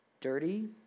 dirty